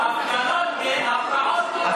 ההפגנות, כן, הפרעות, לא.